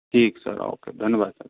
ठीक sir okay धन्यवाद